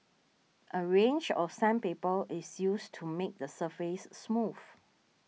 a range of sandpaper is used to make the surface smooth